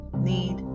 need